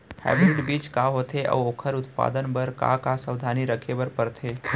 Hybrid बीज का होथे अऊ ओखर उत्पादन बर का का सावधानी रखे बर परथे?